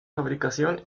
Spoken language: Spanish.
fabricaron